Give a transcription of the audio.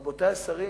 רבותי השרים,